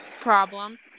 problem